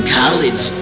college